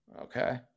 Okay